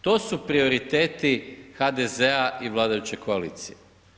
To su prioriteti HDZ-a i vladajuće koalicije.